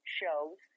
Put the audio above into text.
shows